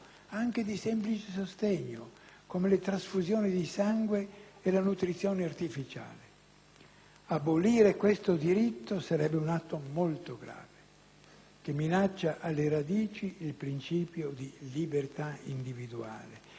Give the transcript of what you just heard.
come le trasfusioni di sangue e la nutrizione artificiale; abolire questo diritto sarebbe un atto molto grave, che minaccia alle radici il principio di libertà individuale, base irrinunciabile